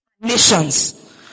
nations